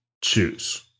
choose